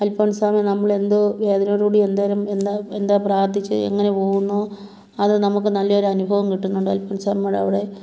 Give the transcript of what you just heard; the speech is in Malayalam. അൽഫോൻസാമ്മ നമ്മളെന്തോ അതിനോട് കൂടി എന്തോരം എന്താ എന്താ പ്രാർഥിച്ച് എങ്ങനെ പോകുന്നോ അത് നമുക്ക് നല്ല ഒരു അനുഭവം കിട്ടുന്നുണ്ട് അൽഫോൻസാമ്മയുടെ അവിടെ